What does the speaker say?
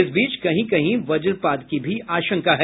इस बीच कहीं कहीं वज्रपात की भी आशंका है